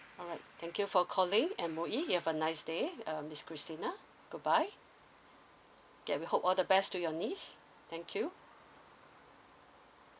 alright thank you for calling M_O_E you have a nice day um miss christina goodbye okay we hope all the best to your niece thank you